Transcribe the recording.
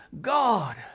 God